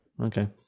Okay